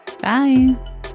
Bye